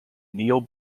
neil